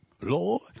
Lord